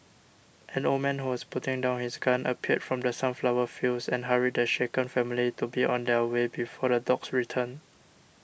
an old man who was putting down his gun appeared from the sunflower fields and hurried the shaken family to be on their way before the dogs return